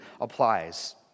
applies